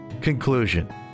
Conclusion